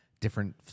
different